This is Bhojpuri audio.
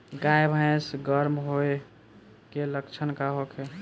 गाय भैंस गर्म होय के लक्षण का होखे?